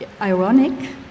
ironic